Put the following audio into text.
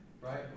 Right